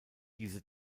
diese